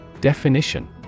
Definition